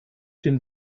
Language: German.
den